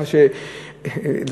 למשל ההוסטל.